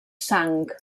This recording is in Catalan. sang